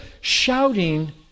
shouting